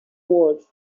ward